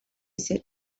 said